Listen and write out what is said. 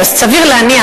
סביר להניח,